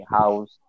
house